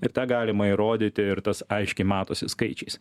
ir tą galima įrodyti ir tas aiškiai matosi skaičiais